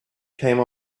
came